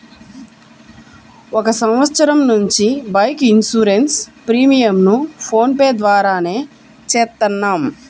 ఒక సంవత్సరం నుంచి బైక్ ఇన్సూరెన్స్ ప్రీమియంను ఫోన్ పే ద్వారానే చేత్తన్నాం